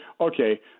okay